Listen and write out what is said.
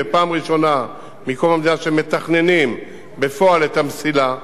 ופעם ראשונה מקום המדינה שמתכננים בפועל את המסילה,